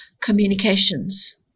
communications